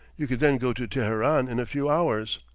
you could then go to teheran in a few hours.